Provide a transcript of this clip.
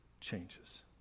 changes